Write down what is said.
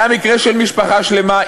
היה מקרה של משפחה שלמה,